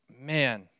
man